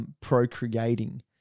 procreating